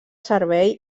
servei